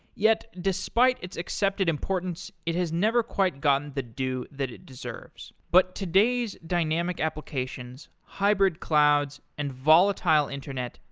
yet, despite its accepted importance, it has never quite gotten the due that it deserves. but today's dynamic applications, hybrid clouds and volatile internet,